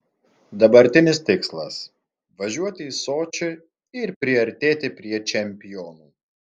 dabartinis tikslas važiuoti į sočį ir priartėti prie čempionų